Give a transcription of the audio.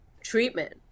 treatment